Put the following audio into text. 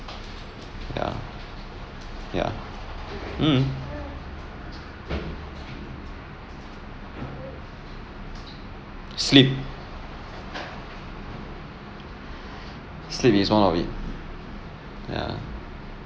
ya ya mm sleep sleep is one of it ya